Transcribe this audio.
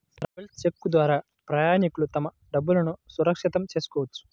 travellers cheque ద్వారా ప్రయాణికులు తమ డబ్బులును సురక్షితం చేసుకోవచ్చు